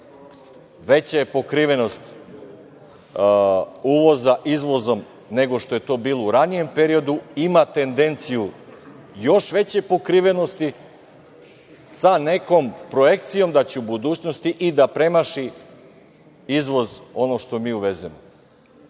veća je pokrivenost uvoza izvozom nego što je to bilo u ranijem periodu, ima tendenciju još veće pokrivenosti, sa nekom projekcijom da će u budućnosti i da premaši izvoz ono što mi uvezemo.